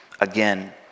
again